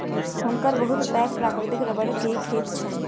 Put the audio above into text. हुनकर बहुत पैघ प्राकृतिक रबड़ के खेत छैन